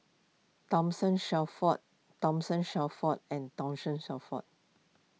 Thomas Shelford Thomas Shelford and Thomas Shelford